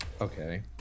Okay